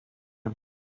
him